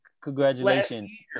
Congratulations